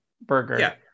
burger